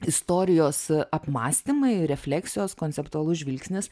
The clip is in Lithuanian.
istorijos apmąstymai refleksijos konceptualus žvilgsnis